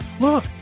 Look